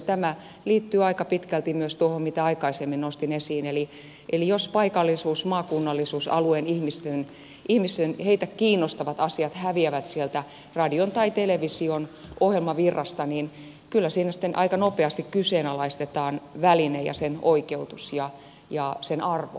tämä liittyy aika pitkälti myös tuohon mitä aikaisemmin nostin esiin eli jos paikallisuus maakunnallisuus ja alueen ihmisiä kiinnostavat asiat häviävät radion tai television ohjelmavirrasta niin kyllä siinä sitten aika nopeasti kyseenalaistetaan väline ja sen oikeutus ja sen arvo ihmisille